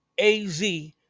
az